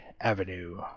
Avenue